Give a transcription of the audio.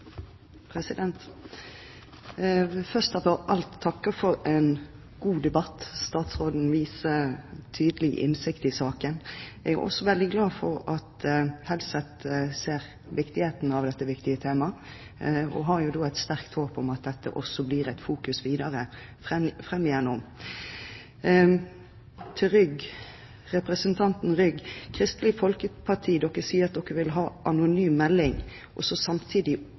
vil først av alt takke for en god debatt. Statsråden viser tydelig innsikt i saken. Jeg er også veldig glad for at representanten Helseth ser viktigheten av dette temaet, og har et sterkt håp om at det også blir fokusert på dette videre framover. Til representanten Rygg: Kristelig Folkeparti sier at de vil ha anonym melding, men samtidig